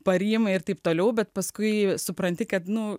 ir taip toliau bet paskui supranti kad nu